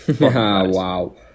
Wow